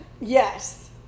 Yes